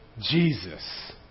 Jesus